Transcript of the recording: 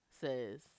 says